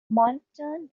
moncton